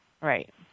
Right